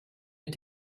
mit